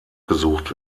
gesucht